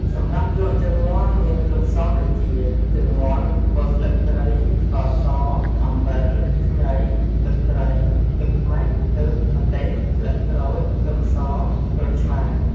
សម្រាប់ជ្រក់ជើងមាន់មានគ្រឿងផ្សំដូចជា ជើងមាន់ គល់ស្លឹកគ្រៃ ស្ករស អំបិល ខ្ញី ទឹកត្រី ទឹកខ្មេះ ទឹក ម្ទេស ស្លឹកក្រូច ខ្ទឹមស ក្រូចឆ្មា។